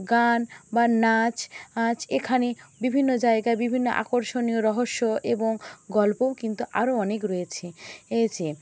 গান বা নাচ নাচ এখানে বিভিন্ন জায়গায় বিভিন্ন আকর্ষণীয় রহস্য এবং গল্পও কিন্তু আরো অনেক রয়েছে